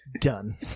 Done